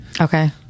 Okay